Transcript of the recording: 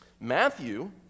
Matthew